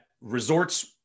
resorts